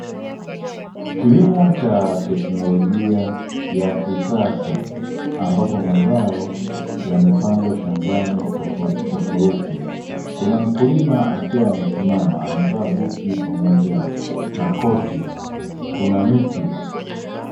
Kilimo cha teknolojia ya kisasa ambapo mazao yamepandwa shambani tofautitofauti. Kuna mkulima akiwa amesimama amevaa buti pamoja na koti; kuna miti.